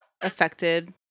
affected